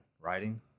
writing